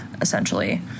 essentially